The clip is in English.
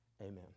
amen